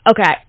Okay